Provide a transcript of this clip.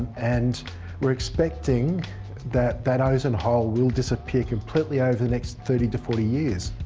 and we're expecting that that ozone hole will disappear completely over the next thirty to forty years.